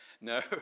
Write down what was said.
no